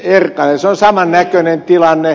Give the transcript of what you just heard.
se on samannäköinen tilanne